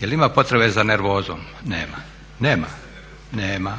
Jel' ima potrebe za nervozom? Nema.